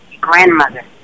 grandmother